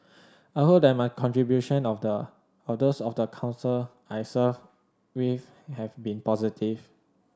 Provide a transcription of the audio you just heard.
I hope that my contribution of the those of the Council I served with have been positive